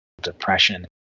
depression